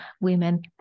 women